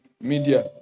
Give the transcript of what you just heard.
media